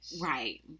Right